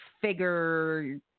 figure